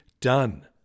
done